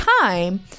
time